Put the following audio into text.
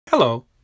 Hello